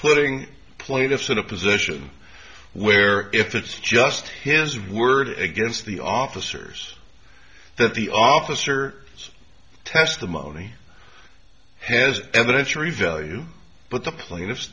putting plaintiffs in a position where if it's just his word against the officers that the officer his testimony has evidence revalue but the plaintiffs